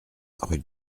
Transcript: rue